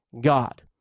God